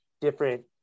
different